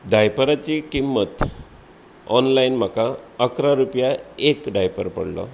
डायपराची किम्मत ऑन्लाइन म्हाका अकरा रुपया एक डायपर पडलो